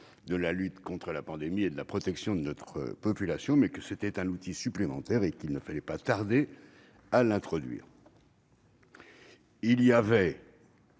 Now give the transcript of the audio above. de lutte contre la pandémie et de protection de notre population- un outil supplémentaire -et qu'il ne fallait pas tarder à l'instaurer. Il y avait,